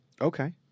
Okay